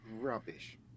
Rubbish